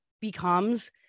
becomes